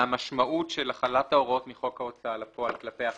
למשמעות של החלת ההוראות מחוק ההוצאה לפועל כלפי החייבים.